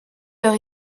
leur